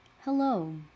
Hello